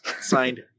signed